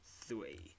three